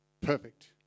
Perfect